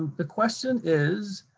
the question is